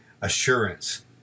assurance